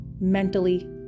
Mentally